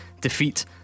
defeat